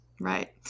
right